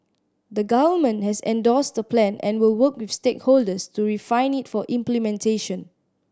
the Government has endorsed the plan and will work with stakeholders to refine it for implementation